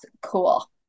cool